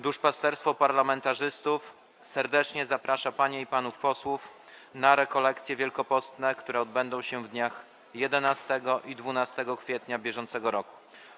Duszpasterstwo parlamentarzystów serdecznie zaprasza panie i panów posłów na rekolekcje wielkopostne, które odbędą się w dniach 11 i 12 kwietnia br.